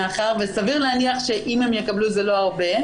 מאחר שסביר להניח שאם הם יקבלו זה לא הרבה,